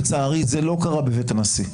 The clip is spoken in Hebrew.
לצערי זה לא קרה בבית הנשיא.